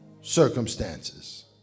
circumstances